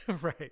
Right